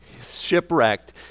shipwrecked